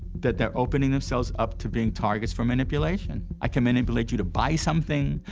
that they're opening themselves up to being targets for manipulation. i can manipulate you to buy something,